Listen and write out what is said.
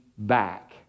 back